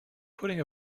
putting